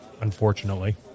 Unfortunately